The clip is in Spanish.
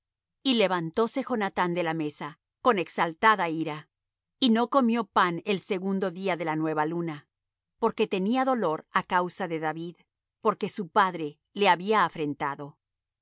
y levantóse jonathán de la mesa con exaltada ira y no comió pan el segundo día de la nueva luna porque tenía dolor á causa de david porque su padre le había afrentado